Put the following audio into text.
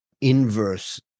inverse